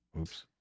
oops